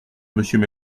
monsieur